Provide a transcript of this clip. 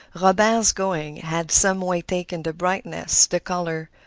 robert's going had some way taken the brightness, the color,